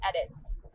edits